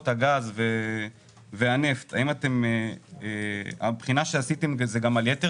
אנחנו ניתן את המספר המדויק, אני מבטיחה, רק תיתנו